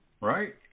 right